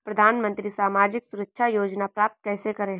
प्रधानमंत्री सामाजिक सुरक्षा योजना प्राप्त कैसे करें?